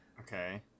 Okay